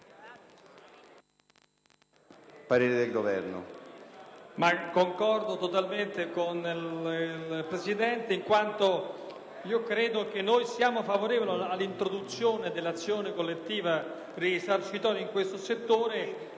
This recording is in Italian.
parere del Governo